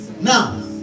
now